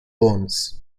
bones